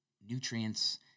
nutrients